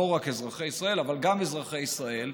לא רק אזרחי ישראל אבל גם אזרחי ישראל,